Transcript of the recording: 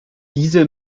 diese